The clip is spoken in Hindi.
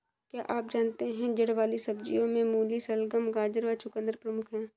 क्या आप जानते है जड़ वाली सब्जियों में मूली, शलगम, गाजर व चकुंदर प्रमुख है?